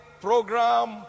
program